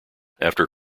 after